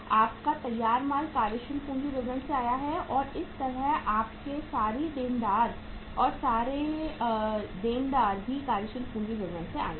आपका तैयार माल कार्यशील पूंजी विवरण से आया है और इसी तरह आपके सॉरी देनदार भी सॉरी देनदार भी कार्यशील पूंजी विवरण से आए हैं